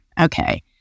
Okay